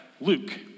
Luke